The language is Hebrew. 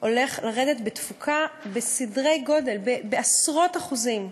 יורד והולך בתפוקה, בסדרי גודל, בעשרות אחוזים.